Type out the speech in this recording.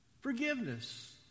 Forgiveness